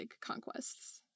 conquests